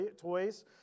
toys